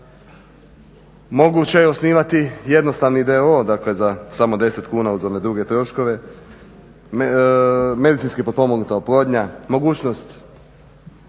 Moguće je osnivati jednostavni d.o.o. dakle za samo 10 kuna uz one druge troškove, medicinska potpomognuta oplodnja, mogućnost